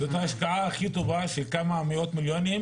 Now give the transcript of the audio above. זו ההשקעה הכי טובה של כמה מאות מיליונים,